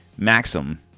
Maxim